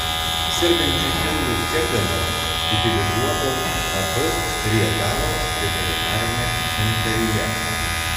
sergančių kiaulių skerdenos utilizuotos ab rietavo veterinarinė sanitarija